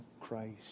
Christ